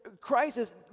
crisis